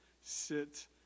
sit